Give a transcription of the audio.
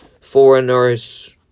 foreigners